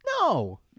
No